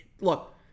Look